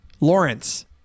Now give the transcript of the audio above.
Lawrence